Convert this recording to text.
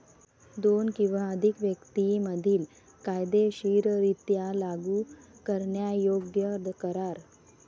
दोन किंवा अधिक व्यक्तीं मधील कायदेशीररित्या लागू करण्यायोग्य करार